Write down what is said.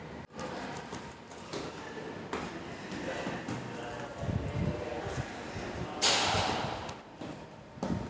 बटाटा काढणीसाठी काय वापरावे?